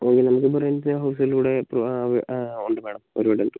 ഒരു minimum rent housing loan ഇപ്പോൾ ആ ആ ഉണ്ട് മാഡം ഒരു ടെൻത്ത്